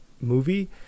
movie